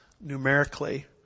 numerically